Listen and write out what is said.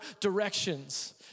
directions